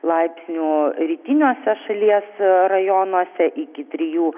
laipsnių rytiniuose šalies rajonuose iki trijų